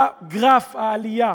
גרף העלייה